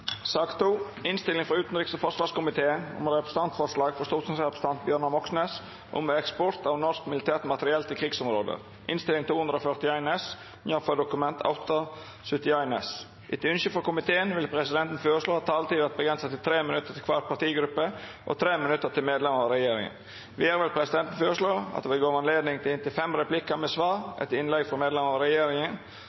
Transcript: sak nr. 2. Etter ynske frå utanriks- og forsvarskomiteen vil presidenten føreslå at taletida vert avgrensa til 3 minutt til kvar partigruppe og 3 minutt til medlemer av regjeringa. Vidare vil presidenten føreslå at det vert gjeve anledning til inntil fem replikkar med svar